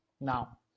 now